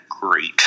great